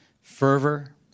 fervor